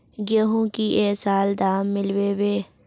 गेंहू की ये साल दाम मिलबे बे?